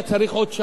אני יודע,